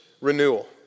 renewal